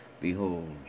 Behold